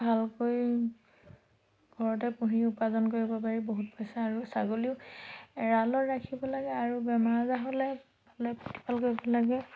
ভালকৈ ঘৰতে পুহি উপাৰ্জন কৰিব পাৰি বহুত পইচা আৰু ছাগলীও এৰালত ৰাখিব লাগে আৰু বেমাৰ আজাৰ হ'লে ভালকৈ প্ৰতিপাল কৰিব লাগে